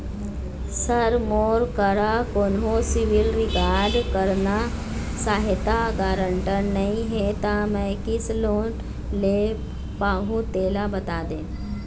sir मोर करा कोन्हो सिविल रिकॉर्ड करना सहायता गारंटर नई हे ता मे किसे लोन ले पाहुं तेला बता दे